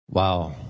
Wow